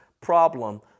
problem